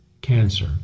cancer